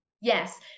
Yes